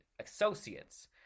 associates